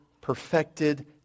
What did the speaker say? perfected